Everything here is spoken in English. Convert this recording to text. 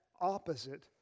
opposite